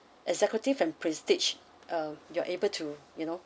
executive and prestige uh you're able to you know